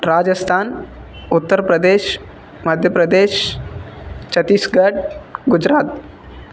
Rajasthan Uttar Pradesh Madhya Pradesh Chhattisgarh Gujarat